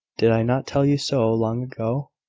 did i not tell you so, long ago?